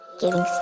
giving